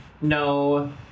No